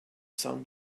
sun